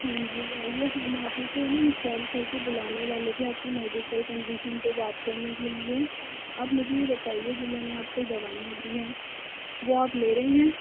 हाँ जी आइए हम आप ही को है ना इन्फॉर्म करके बुलाने वाले थे आपके मेडिकल कंडिशन पे बात करने के लिए आप मुझे ये बताइए जो मैंने आपको दवाइयाँ दी हैं वो आप ले रहे हैं